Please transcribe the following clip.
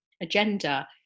agenda